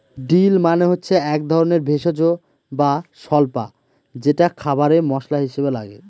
deal মানে হচ্ছে এক ধরনের ভেষজ বা স্বল্পা যেটা খাবারে মশলা হিসাবে লাগে